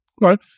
Right